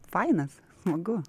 fainas smagu